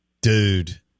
Dude